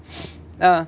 uh